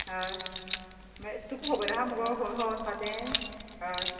हय तुका खोबोर आहा मुगो खंय खंय वचपा तें अय